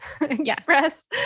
express